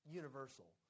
universal